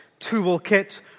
Toolkit